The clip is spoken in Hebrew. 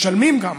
משלמים גם,